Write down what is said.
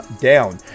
down